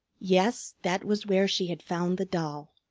yes, that was where she had found the doll.